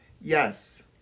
Yes